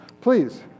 Please